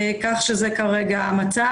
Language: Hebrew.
אני סמנכ"ל גורמי ייצור במשרד החקלאות ופיתוח